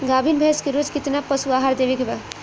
गाभीन भैंस के रोज कितना पशु आहार देवे के बा?